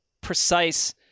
precise